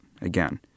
again